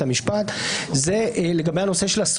היום י"ב באדר תשפ"ג, השעה 09:30. הנושא של היום: